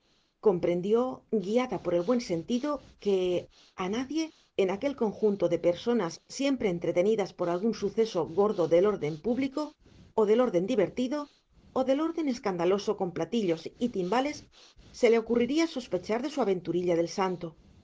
comprendió guiada por el buen sentido que a nadie en aquel conjunto de personas siempre entretenidas por algún suceso gordo del orden político o del orden divertido o del orden escandaloso con platillos y timbales se le ocurriría sospechar su aventurilla del santo